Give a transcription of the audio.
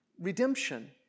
redemption